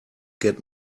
get